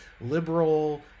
liberal